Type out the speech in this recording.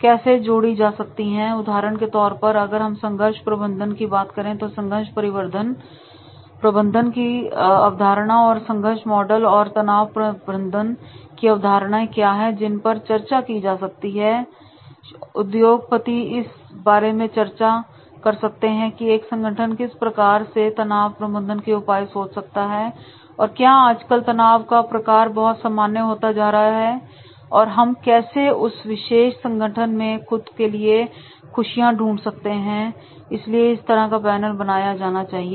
कैसे जोड़ी जा सकती हैं उदाहरण के तौर पर अगर हम संघर्ष प्रबंधन की बात करें तो संघर्ष परिवर्धन की अवधारणा और संघर्ष मॉडल और तनाव प्रबंधन की अवधारणाएं क्या है जिन पर चर्चा की जा सकती है और शेर उद्योग पति इस बारे में चर्चा कर सकते हैं की एक संगठन में किस प्रकार के तनाव प्रबंधन के उपाय होते हैं और क्या आजकल तनाव का प्रकार बहुत सामान्य होता जा रहा है और हम कैसे उस विशेष संगठन में खुद के लिए खुशियां ढूंढ सकते हैं इसलिए इस तरह का पैनल बनाया जाना चाहिए